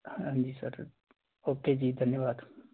ਹਾਂਜੀ sir okay ਜੀ ਧੰਨਵਾਦ